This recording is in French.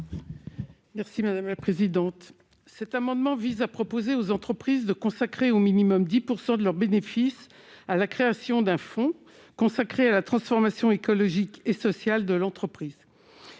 Merci madame la présidente, cet amendement vise à proposer aux entreprises de consacrer au minimum 10 % de leurs bénéfices à la création d'un fonds consacré à la transformation écologique et sociale de l'entreprise,